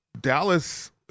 Dallas